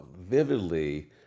vividly